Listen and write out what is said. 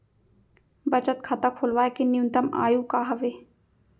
बचत खाता खोलवाय के न्यूनतम आयु का हवे?